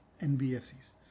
NBFCs